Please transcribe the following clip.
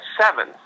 seven